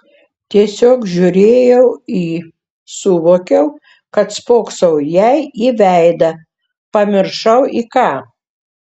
tiesiog žiūrėjau į suvokiau kad spoksau jai į veidą pamiršau į ką